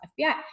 FBI